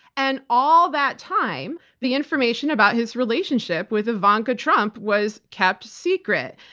and all that time, the information about his relationship with ivanka trump was kept secret.